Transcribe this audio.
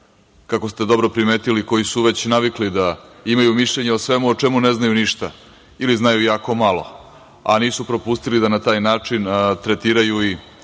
kako ste dobro primetili, koji su već navikli da imaju mišljenje o svemu o čemu ne znaju ništa ili znaju jako malo, a nisu propustili da na taj način tretiraju i